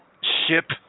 ship